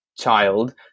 child